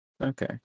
Okay